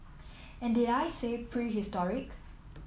and did I say prehistoric